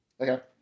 Okay